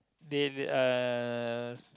daily uh